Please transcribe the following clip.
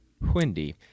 windy